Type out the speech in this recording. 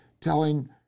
telling